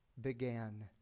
began